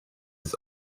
its